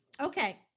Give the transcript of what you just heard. Okay